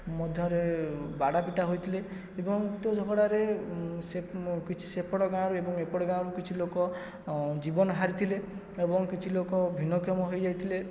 ମଧ୍ୟରେ ବାଡ଼ା ପିଟା ହୋଇଥିଲେ ଏବଂ ଉକ୍ତ ଝଗଡ଼ାରେ କିଛି ସେପଟ ଗାଁରୁ ଏବଂ ଏପଟ ଗାଁରୁ କିଛି ଲୋକ ଜୀବନ ହାରିଥିଲେ ଏବଂ କିଛି ଲୋକ ଭିନ୍ନକ୍ଷମ ହୋଇଯାଇଥିଲେ